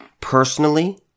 Personally